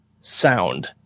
sound